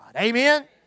Amen